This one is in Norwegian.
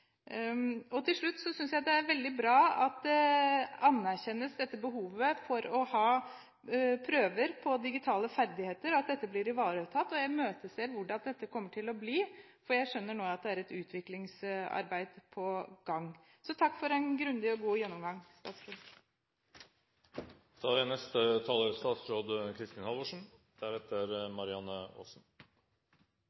politikken. Til slutt: Jeg synes det er veldig bra at dette behovet for å ha prøver på digitale ferdigheter anerkjennes, at dette blir ivaretatt. Jeg ser fram til hvordan dette kommer til å bli, for jeg skjønner nå at det er et utviklingsarbeid på gang. Takk for en grundig og god gjennomgang.